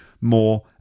more